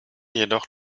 jedoch